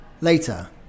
later